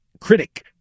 critic